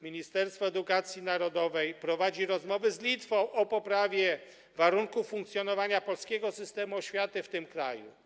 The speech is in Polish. Ministerstwo Edukacji Narodowej prowadzi rozmowy z Litwą na temat poprawy warunków funkcjonowania polskiego systemu oświaty w tym kraju.